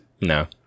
No